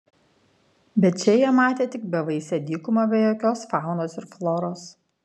bet čia jie matė tik bevaisę dykumą be jokios faunos ir floros